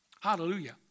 hallelujah